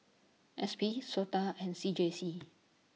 S P Sota and C J C